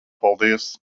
paldies